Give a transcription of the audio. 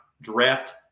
draft